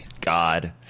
God